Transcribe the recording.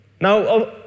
Now